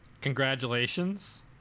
Congratulations